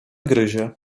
gryzie